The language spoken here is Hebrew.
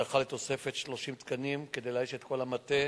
זכה לתוספת 30 תקנים כדי לאייש את כל המטה,